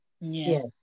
Yes